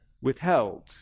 withheld